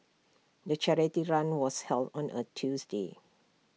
the charity run was held on A Tuesday